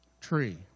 tree